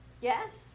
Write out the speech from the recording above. yes